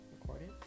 recorded